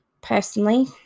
personally